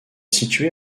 située